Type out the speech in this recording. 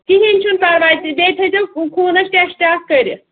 کِہیٖنٛۍ چھُنہٕ پَرواے تہٕ بیٚیہِ تھٲیزیو خوٗنَس ٹٮ۪سٹ اَکھ کٔرِتھ